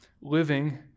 Living